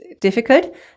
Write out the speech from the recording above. difficult